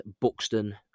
Buxton